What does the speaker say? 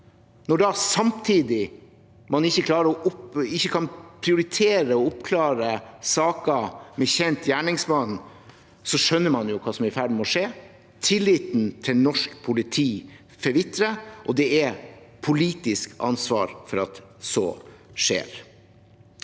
Når man samtidig ikke kan prioritere å oppklare saker med kjent gjerningsmann, skjønner man hva som er i ferd med å skje. Tilliten til norsk politi forvitrer, og det er et politisk ansvar at så skjer.